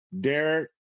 Derek